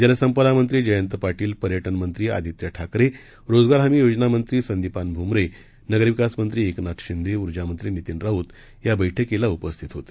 जलसंपदामंत्रीजयंतपाटील पर्यटनमंत्रीआदित्यठाकरे रोजगारहमीयोजनामंत्रीसंदीपानभुमरे नगरविकासमंत्रीएकनाथशिंदे उर्जामंत्रीनितीनराऊतयाबैठकीलाउपस्थितहोते